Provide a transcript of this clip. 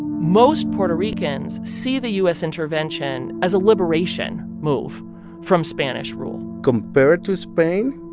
most puerto ricans see the u s. intervention as a liberation move from spanish rule compared to spain,